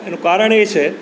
એનું કારણ એ છે